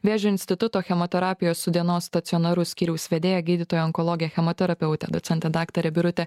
vėžio instituto chemoterapijos dienos stacionaru skyriaus vedėja gydytoja onkologė chemoterapeutė docentė daktarė birutė